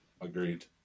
Agreed